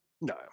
No